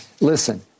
Listen